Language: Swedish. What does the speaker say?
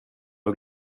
att